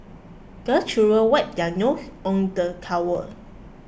the children wipe their nose on the towel